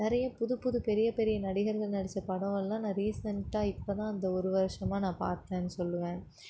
நிறைய புது புது பெரிய பெரிய நடிகர்கள் நடித்த படம் எல்லாம் நான் ரீசென்டாக இப்போதான் இந்த ஒரு வருடமா நான் பார்த்தேனு சொல்லுவேன்